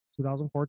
2014